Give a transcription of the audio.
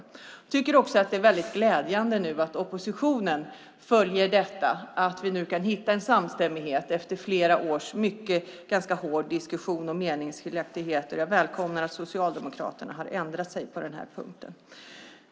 Jag tycker att det är väldigt glädjande att oppositionen följer detta och att vi nu kan hitta en samstämmighet efter flera års ganska hård diskussion och meningsskiljaktigheter. Jag välkomnar att Socialdemokraterna har ändrat sig på den här punkten.